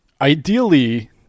ideally